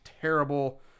terrible